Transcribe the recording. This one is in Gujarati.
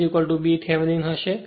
V a b b Thevenin હશે